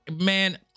man